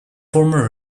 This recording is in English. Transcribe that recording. former